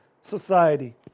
society